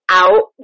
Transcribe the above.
out